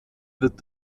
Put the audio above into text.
wird